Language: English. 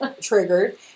triggered